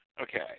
okay